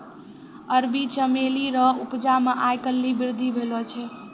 अरबी चमेली रो उपजा मे आय काल्हि वृद्धि भेलो छै